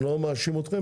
אני לא מאשים אתכם,